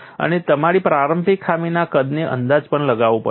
અને તમારે પ્રારંભિક ખામીના કદનો અંદાજ પણ લગાવવો પડશે